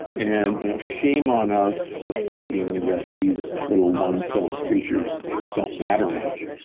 and you know shame on us for thinking that these little one-celled creatures don't matter much.